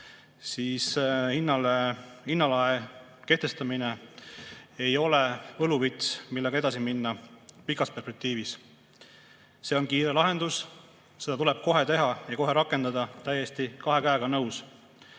gaasi hinnalae kehtestamine – ei ole võluvits, millega edasi minna pikas perspektiivis. See on kiire lahendus, seda tuleb kohe teha ja kohe rakendada – täiesti kahe käega nõus.